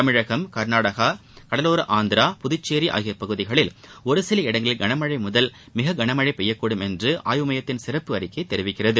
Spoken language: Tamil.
தமிழகம் கர்நாடகா கடலோர ஆந்திரா புதுச்சேரிஆகிய பகுதிகளில் ஒருசில இடங்களில் கன முதல் மிக கன மழை பெய்யக்கூடும் என்றும் ஆய்வு மையத்தின் சிறப்பு அறிக்கை தெரிவிக்கிறது